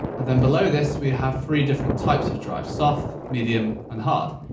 and then below this we have three different types of drive, soft, medium, and hard.